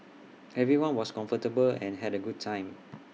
everyone was comfortable and had A good time